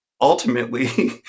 ultimately